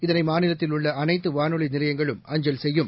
இதனைமாநிலத்தில் உள்ளஅனைத்துவானொலிநிலையங்களும் அஞ்சல் செய்யும்